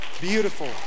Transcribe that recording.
beautiful